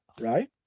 right